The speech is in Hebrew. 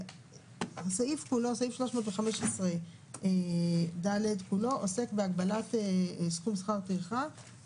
סעיף 315ד כולו עוסק בהגבלת סכום שכר טרחה